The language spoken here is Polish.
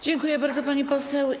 Dziękuję bardzo, pani poseł.